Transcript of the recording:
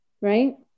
Right